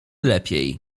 lepiej